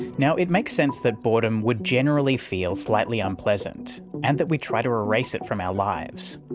now, it makes sense that boredom would generally feel slightly unpleasant and that we'd try to erase it from our lives.